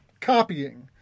copying